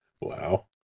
Wow